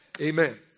Amen